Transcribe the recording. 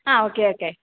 ആ okay okay